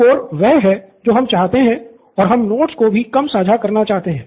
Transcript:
उच्च स्कोर वह है जो हम चाहते हैं और हम नोट्स को भी कम साझा करना चाहते हैं